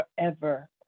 forever